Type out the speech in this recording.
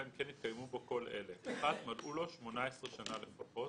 אלא אם כן התקיימו בו כל אלה: מלאו לו 18 שנים לפחות.